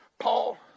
Paul